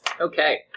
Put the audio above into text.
Okay